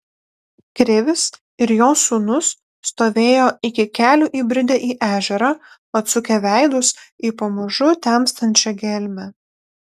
krivis ir jo sūnus stovėjo iki kelių įbridę į ežerą atsukę veidus į pamažu temstančią gelmę